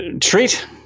treat